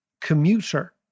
commuter